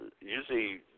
usually